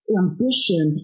ambition